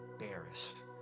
embarrassed